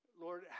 Lord